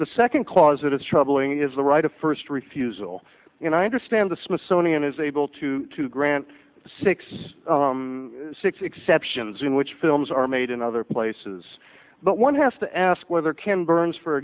the second cause it is troubling is the right of first refusal and i understand the smithsonian is able to to grant six six exceptions in which films are made in other places but one has to ask whether can burns for